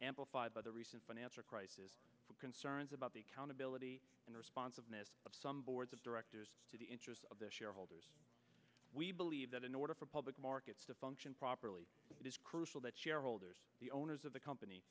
by the recent financial crisis and concerns about the accountability and responsiveness of some boards of directors to the interests of the shareholders we believe that in order for public markets to function properly it is crucial that shareholders the owners of the company